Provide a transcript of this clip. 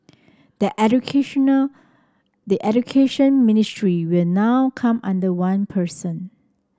the educational the Education Ministry will now come under one person